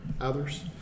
others